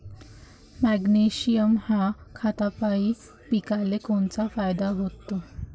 Magnesium ह्या खतापायी पिकाले कोनचा फायदा होते?